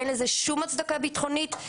אין לזה שום הצדקה ביטחונית.